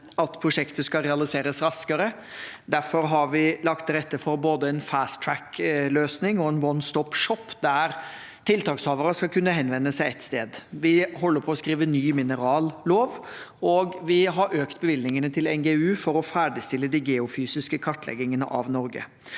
at prosjekter skal realiseres raskere. Derfor har vi lagt til rette for både en «fast track»-løsning og en «one stop shop» der tiltakshavere skal kunne henvende seg ett sted. Vi holder på med å skrive en ny minerallov, og vi har økt bevilgningene til NGU for å ferdigstille de geofysiske kartleggingene av Norge.